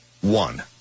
One